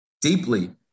Deeply